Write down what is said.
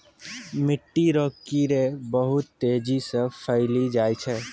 मिट्टी रो कीड़े बहुत तेजी से फैली जाय छै